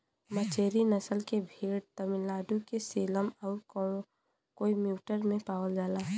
मचेरी नसल के भेड़ तमिलनाडु के सेलम आउर कोयम्बटूर में पावल जाला